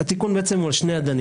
התיקון עומד על שני אדנים.